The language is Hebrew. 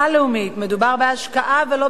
מדובר בהשקעה ולא בהוצאה,